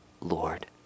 Lord